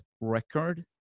record